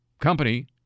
company